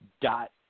dot